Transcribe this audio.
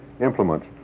implements